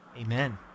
amen